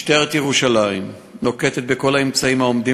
משטרת ירושלים נוקטת את כל האמצעים העומדים